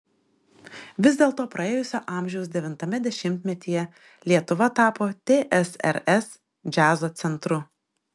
vis dėlto praėjusio amžiaus devintame dešimtmetyje lietuva tapo tsrs džiazo centru